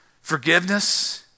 Forgiveness